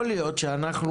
יכול להיות שאנחנו,